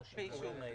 בא 'באישור'".